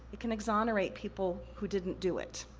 it can exonerate people who didn't do it.